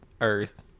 Earth